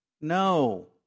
No